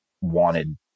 wanted